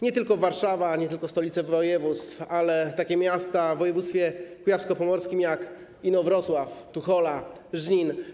Nie tylko Warszawa, nie tylko stolice województw, ale takie miasta w województwie kujawsko-pomorskim jak Inowrocław, Tuchola, Żnin.